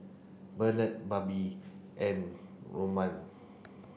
Bernard Babe and Romeo